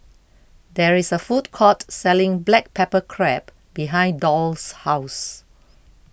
there is a food court selling Black Pepper Crab behind Doll's house